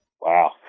Wow